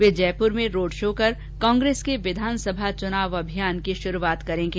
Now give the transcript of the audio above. वे जयपुर में road show कर कांग्रेस के विधानसभा चनाव अभियान की पुरूआत करेंगे